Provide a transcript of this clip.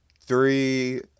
three